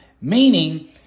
meaning